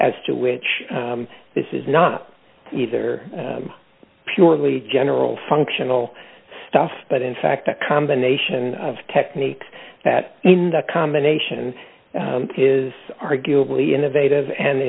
as to which this is not either purely general functional stuff but in fact a combination of techniques that mean the combination is arguably innovative and